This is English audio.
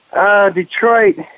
Detroit